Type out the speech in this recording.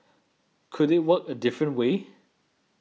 could it work a different way